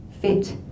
fit